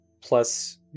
Plus